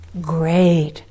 great